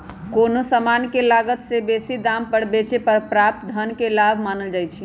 कोनो समान के लागत से बेशी दाम पर बेचे पर प्राप्त धन के लाभ मानल जाइ छइ